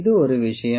இது ஒரு விஷயம்